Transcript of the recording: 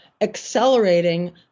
accelerating